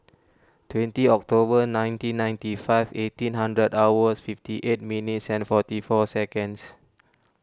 twenty October nineteen ninety five eighteen hundred hours fifty eight minutes and forty four seconds